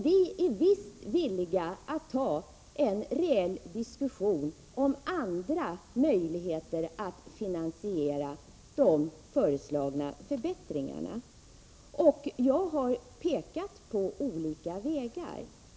Vi är. visst villiga att ta en reell diskussion om andra möjligheter att finansiera de föreslagna förbättringarna. Jag har pekat på olika vägar.